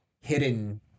hidden